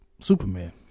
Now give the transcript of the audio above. Superman